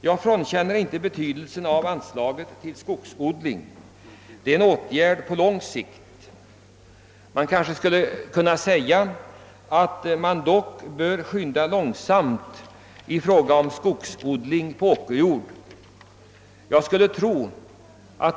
Jag frånkänner inte anslaget till skogsodling betydelse, men sådan odling är en åtgärd på lång sikt. Man bör kanske också skynda långsamt med skogsodling på åkerjord.